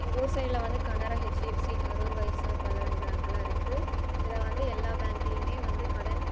எங்க ஊர் சைடில் வந்து கனரா ஹெச்டிஎஃப்சி கரூர் வைசா பல்லவன் பேங்க்கெலாம் இருக்குது இதில் வந்து எல்லா பேங்க்லையுமே வந்து கடன்